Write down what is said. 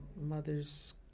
Mother's